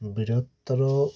বৃহত্তর